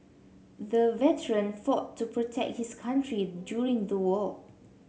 the veteran fought to protect his country during the war